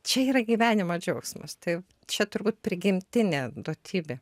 čia yra gyvenimo džiaugsmas tai čia turbūt prigimtinė duotybė